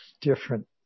different